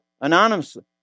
anonymously